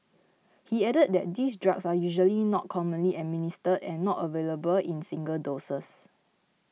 he added that these drugs are usually not commonly administer and not available in single doses